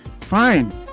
fine